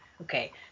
Okay